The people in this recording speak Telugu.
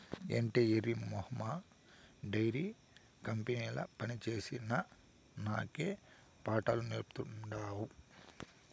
ఏటే ఎర్రి మొహమా డైరీ కంపెనీల పనిచేసిన నాకే పాఠాలు నేర్పతాండావ్